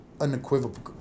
unequivocal